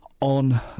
on